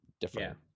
different